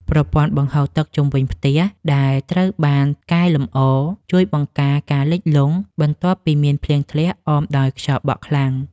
ប្រព័ន្ធបង្ហូរទឹកជុំវិញផ្ទះដែលត្រូវបានកែលម្អជួយបង្ការការលិចលង់បន្ទាប់ពីមានភ្លៀងធ្លាក់អមដោយខ្យល់បក់ខ្លាំង។